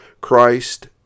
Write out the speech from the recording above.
Christ